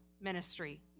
ministry